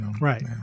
Right